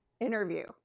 interview